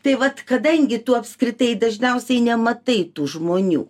tai vat kadangi tu apskritai dažniausiai nematai tų žmonių